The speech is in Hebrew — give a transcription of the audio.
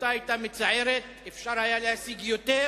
ההחלטה היתה מצערת, אפשר היה להשיג יותר,